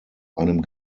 einem